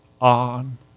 on